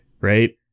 right